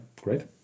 great